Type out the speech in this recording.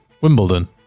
Wimbledon